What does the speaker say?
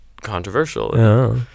controversial